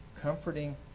comforting